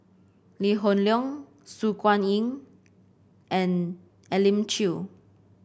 Lee Hoon Leong Su Guaning and Elim Chew